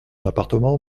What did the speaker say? appartement